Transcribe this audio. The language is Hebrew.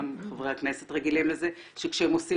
גם חברי הכנסת רגילים לזה שכשהם עושים